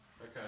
okay